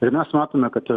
ir mes matome kad